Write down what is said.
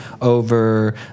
Over